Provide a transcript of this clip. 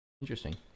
Interesting